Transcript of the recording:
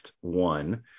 one